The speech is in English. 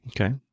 Okay